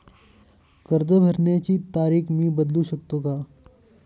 कर्ज भरण्याची तारीख मी बदलू शकतो का?